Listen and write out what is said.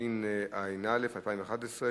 התשע"א 2011,